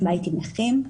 עם נכים,